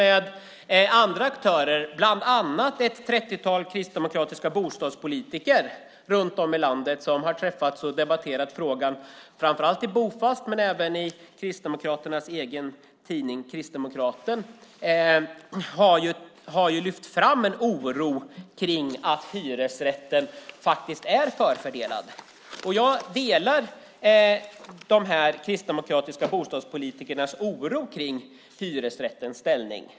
Ett trettiotal kristdemokratiska bostadspolitiker runt om i landet har träffats och debatterat frågan och har, framför allt i Bofast men även i Kristdemokraternas egen tidning Kristdemokraten, lyft fram en oro över att hyresrätten faktiskt är förfördelad. Jag delar de kristdemokratiska bostadspolitikernas oro för hyresrättens ställning.